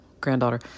granddaughter